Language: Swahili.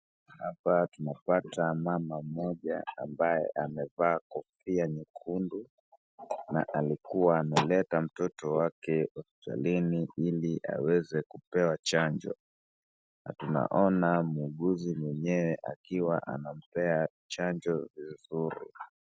Hapa tunapata mama mmoja ambaye amevaa kofia nyekundu na alikua ameleta mtoto wake hospitalini iliaweze kupewa chanjo. Na tunaona muuguzi mwenyewe akiwa anampea chanjo vizuri.